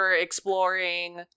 exploring